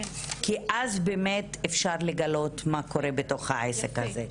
כי אז באמת אפשר לגלות מה קורה בתוך העסק הזה.